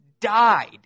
died